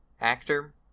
actor